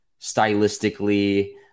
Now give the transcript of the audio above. stylistically